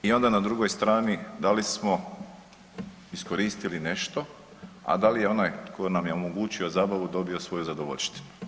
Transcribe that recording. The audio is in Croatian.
I onda na drugoj strani da li smo iskoristili nešto, a da li je onaj tko nam je omogućio zabavu dobio svoju zadovoljštinu.